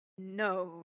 No